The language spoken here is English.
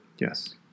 Yes